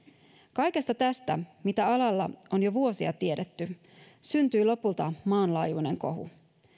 kaikesta tästä mitä alalla on jo vuosia tiedetty syntyi lopulta maanlaajuinen kohu